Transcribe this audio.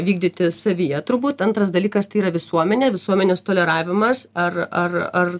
vykdyti savyje turbūt antras dalykas tai yra visuomenė visuomenės toleravimas ar ar ar